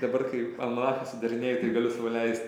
dabar kai almanachą sudarinėju tai galiu sau leist